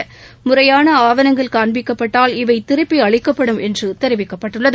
பறிமுதல் முறையான ஆவணங்கள் காண்பிக்கப்பட்டால் இவை திருப்பி அளிக்கப்படும் என்று தெரிவிக்கப்பட்டுள்ளது